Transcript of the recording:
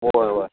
हय हय